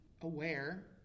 aware